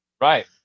Right